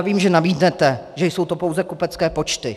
Vím, že namítnete, že jsou to pouze kupecké počty.